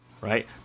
Right